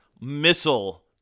missile